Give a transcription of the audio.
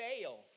fail